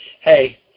Hey